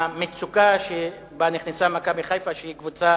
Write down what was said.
מהמצוקה שאליה נכנסה "מכבי חיפה", שהיא גם קבוצה